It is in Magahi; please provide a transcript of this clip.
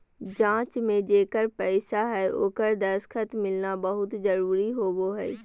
जाँच में जेकर पैसा हइ ओकर दस्खत मिलना बहुत जरूरी होबो हइ